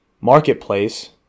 marketplace